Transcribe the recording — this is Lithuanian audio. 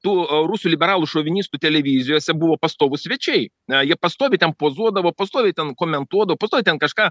tų rusų liberalų šovinistų televizijose buvo pastovūs svečiai jie pastoviai ten pozuodavo pastoviai ten komentuodavo pastoviai ten kažką